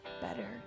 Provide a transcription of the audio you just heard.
better